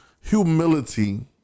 humility